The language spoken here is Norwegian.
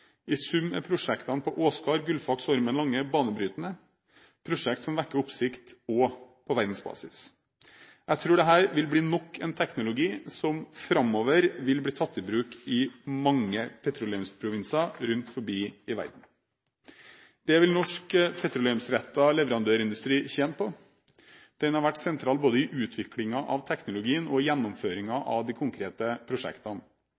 I sum er prosjektene på Åsgard, Gullfaks og Ormen Lange banebrytende prosjekter som vekker oppsikt på verdensbasis. Jeg tror dette vil bli nok en teknologi som framover vil bli tatt i bruk i mange petroleumsprovinser rundt omkring i verden. Dette vil norsk petroleumsrettet leverandørindustri tjene på. Den har vært sentral både i utviklingen av teknologien og i gjennomføringen av de konkrete prosjektene.